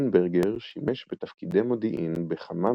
לינברגר שימש בתפקידי מודיעין בכמה